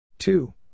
Two